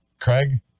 Craig